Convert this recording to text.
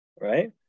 right